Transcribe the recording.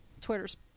Twitter's